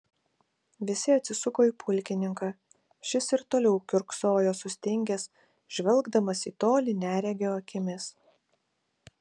visi atsisuko į pulkininką šis ir toliau kiurksojo sustingęs žvelgdamas į tolį neregio akimis